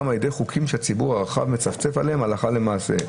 על ידי חוקים שהציבור הרחב מצפצף עליהם הלכה למעשה,